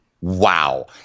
wow